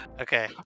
Okay